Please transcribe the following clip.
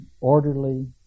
orderly